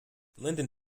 linden